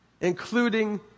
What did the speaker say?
including